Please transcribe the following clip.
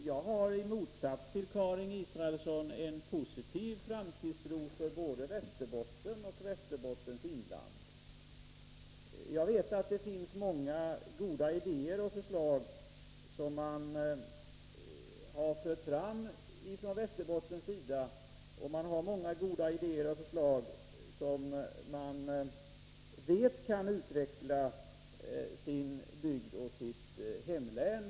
Herr talman! Jag vet inte varifrån Karin Israelsson får den här pessimistiska och negativa tonen i fråga om Västerbotten. I motsats till Karin Israelsson har jag en positiv framtidstro för Västerbotten och Västerbottens inland. Jag vet att det från Västerbottens sida har förts fram många goda idéer och förslag, med vilka man kan utveckla sin bygd och sitt hemlän.